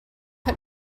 put